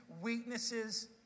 weaknesses